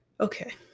Okay